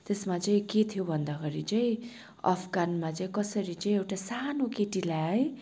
त्यसमा चाहिँ के थियो भन्दाखेरि चाहिँ अफगानमा चाहिँ कसरी चाहिँ एउटा सानो केटीलाई है